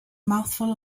mouthful